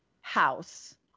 house